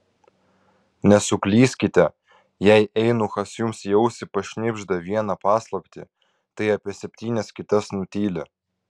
nesuklyskite jei eunuchas jums į ausį pašnibžda vieną paslaptį tai apie septynias kitas nutyli